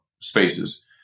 spaces